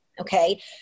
okay